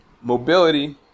mobility